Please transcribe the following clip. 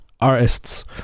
artists